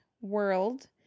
world